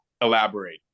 elaborate